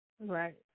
Right